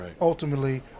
ultimately